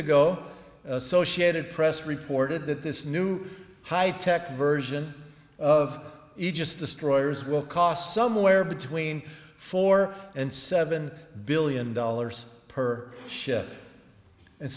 ago associated press reported that this new high tech version of aegis destroyers will cost somewhere between four and seven billion dollars per ship and